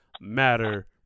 matter